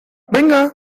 venga